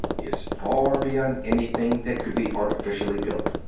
is far beyond anything that could be artificially built.